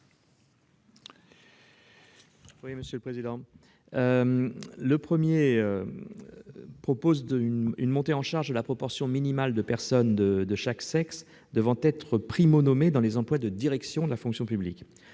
à M. Didier Marie. Cet amendement prévoit une montée en charge de la proportion minimale de personnes de chaque sexe devant être « primo-nommées » dans les emplois de direction de la fonction publique.